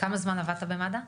כמה זמן עבדת במד"א?